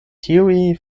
tiuj